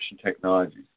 technologies